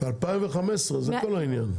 משנת 2015 זה כל העניין,